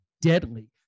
deadly